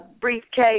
briefcase